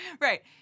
right